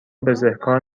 بزهکار